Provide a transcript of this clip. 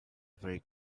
very